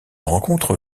rencontre